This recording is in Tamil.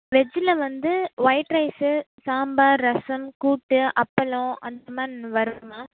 வெஜ்ஜில் வந்து ஒயிட் ரைஸு சாம்பார் ரசம் கூட்டு அப்பளம் அந்த மாரி வரும்